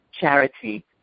charity